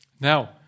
Now